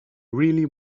really